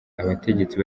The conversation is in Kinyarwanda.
abategetsi